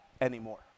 anymore